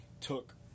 took